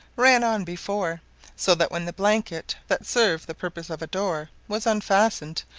ran on before so that when the blanket, that served the purpose of a door, was unfastened,